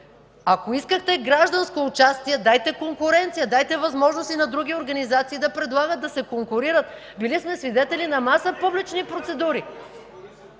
Ако искате гражданско участие – дайте конкуренция, дайте възможност и на други организации да предлагат, да се конкурират. Били сме свидетели на маса публични процедури.